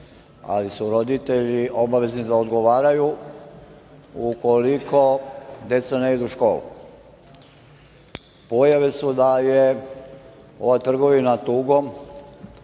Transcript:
ali su roditelji obavezni da odgovaraju ukoliko deca ne idu u školu. Pojave su da je ova trgovina tugom,